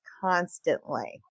constantly